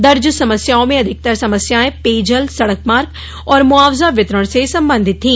दर्ज समस्याओं में अधिकतर समस्यांए पेयजल सड़क मार्ग और मुआवजा वितरण से संबंधित थी